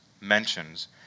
mentions